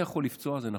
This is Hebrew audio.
זה יכול לפצוע, זה נכון,